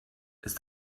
ist